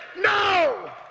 No